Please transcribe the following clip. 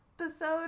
episode